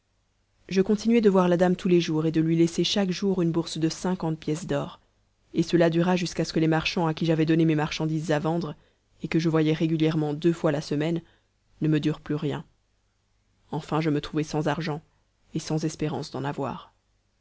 je continuai de voir la dame tous les jours et de lui laisser chaque jour une bourse de cinquante pièces d'or et cela dura jusqu'à ce que les marchands à qui j'avais donné mes marchandises à vendre et que je voyais régulièrement deux fois la semaine ne me durent plus rien enfin je me trouvai sans argent et sans espérance d'en avoir